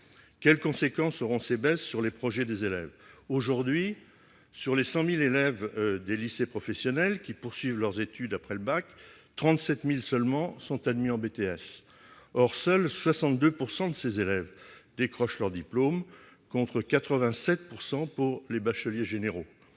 Quelles conséquences auront ces baisses sur les projets des élèves ? Aujourd'hui, sur les 100 000 élèves des lycées professionnels qui poursuivent leurs études après le bac, 37 000 seulement sont admis en BTS. Or seuls 62 % de ces élèves décrochent leur diplôme, contre 87 % pour les bacheliers généraux.